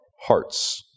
hearts